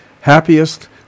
Happiest